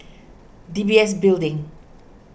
D B S Building